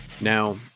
Now